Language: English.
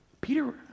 Peter